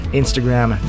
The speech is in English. Instagram